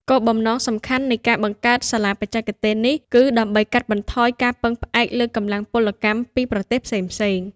គោលបំណងសំខាន់នៃការបង្កើតសាលាបច្ចេកទេសនេះ គឺដើម្បីកាត់បន្ថយការពឹងផ្អែកលើកម្លាំងពលកម្មពីប្រទេសផ្សេង។